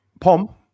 Pom